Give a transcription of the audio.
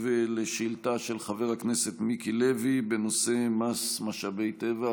על שאילתה של חבר הכנסת מיקי לוי בנושא מס משאבי טבע.